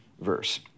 verse